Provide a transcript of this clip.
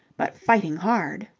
but fighting hard.